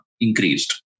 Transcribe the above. increased